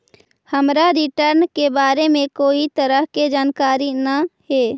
हमरा रिटर्न के बारे में कोई तरह के जानकारी न हे